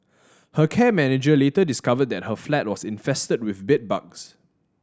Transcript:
her care manager later discovered that her flat was infested with bedbugs